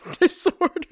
disorder